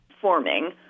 forming